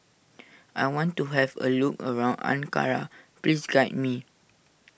I want to have a look around Ankara please guide me